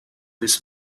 this